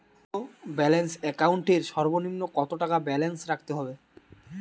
Zero balance account এর সর্বনিম্ন কত টাকা ব্যালেন্স রাখতে হবে?